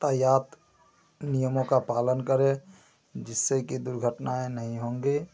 यातायात नियमों का पालन करें जिससे कि दुर्घटनाएं नहीं होंगी